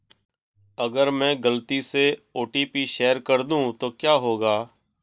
अगर मैं गलती से ओ.टी.पी शेयर कर दूं तो क्या होगा?